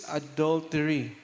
adultery